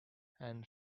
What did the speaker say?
and